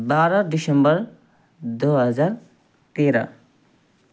बाह्र दिसम्बर दुई हजार तेह्र